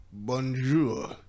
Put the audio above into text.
bonjour